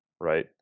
right